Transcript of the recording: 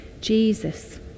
Jesus